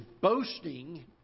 boasting